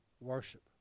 worship